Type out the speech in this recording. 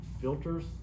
filters